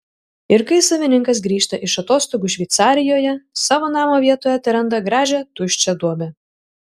ir kai savininkas grįžta iš atostogų šveicarijoje savo namo vietoje teranda gražią tuščią duobę